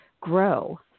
grow